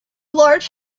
large